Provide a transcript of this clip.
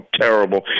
terrible